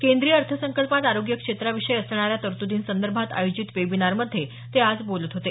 केंद्रीय अर्थसंकल्पात आरोग्य क्षेत्राविषयी असणाऱ्या तरत्दीसंदर्भात आयोजित वेबिनारमध्ये ते आज बोलत होते